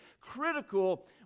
critical